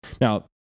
Now